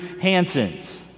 Hanson's